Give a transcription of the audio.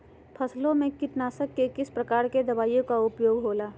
फसलों के कीटनाशक के किस प्रकार के दवाइयों का उपयोग हो ला?